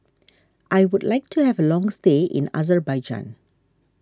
I would like to have a long stay in Azerbaijan